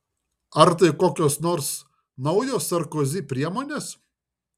ar tai kokios nors naujos sarkozi priemonės